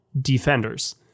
defenders